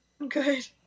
Good